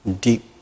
deep